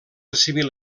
civil